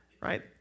right